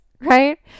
right